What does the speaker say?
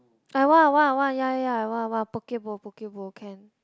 I want I want I want ya ya ya I want I want Poke-Bowl Poke-Bowl can